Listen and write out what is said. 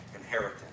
inheritance